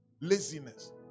Laziness